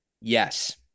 Yes